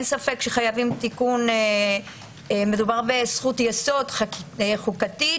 ספק שחייבים תיקון מדובר בזכות יסוד חוקתית,